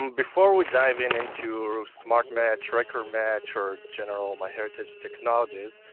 um before we dive in into smart match, record match or general myheritage technologies,